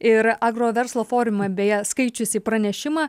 ir agroverslo forume beje skaičiusį pranešimą